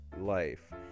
life